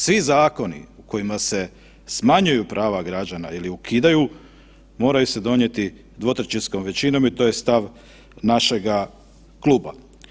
Svi zakoni kojima se smanjuju prava građana ili ukidaju moraju se donijeti dvotrećinskom većinom i to je stav našega kluba.